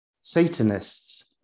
Satanists